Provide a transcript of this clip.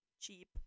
cheap